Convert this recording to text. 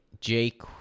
Jake